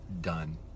done